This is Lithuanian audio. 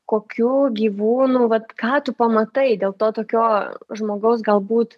kokių gyvūnų vat ką tu pamatai dėl to tokio žmogaus galbūt